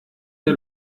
der